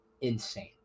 insane